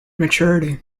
maturity